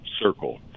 Circle